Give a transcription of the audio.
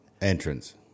Entrance